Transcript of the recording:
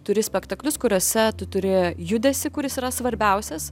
turi spektaklius kuriuose tu turi judesį kuris yra svarbiausias